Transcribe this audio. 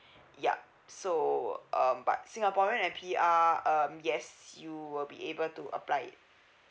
yup so um but singaporean and P_R um yes you will be able to apply it